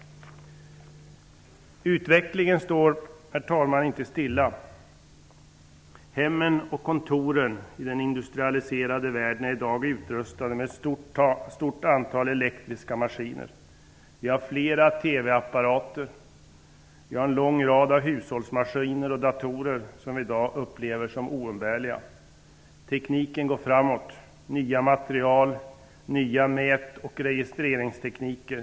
Utvecklingen står inte stilla. Hemmen och kontoren i den industrialiserade världen är i dag utrustade med ett stort antal elektriska maskiner. Vi har flera TV-apparater. Vi har en lång rad av hushållsmaskiner och datorer som vi upplever som oumbärliga. Tekninken går framåt. Det kommer nya material och nya mät och registreringstekniker.